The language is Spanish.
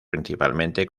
principalmente